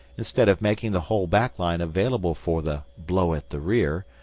instead of making the whole back line available for the blow at the rear,